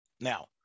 Now